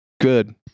Good